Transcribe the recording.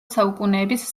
საუკუნეების